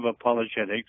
apologetics